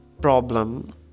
problem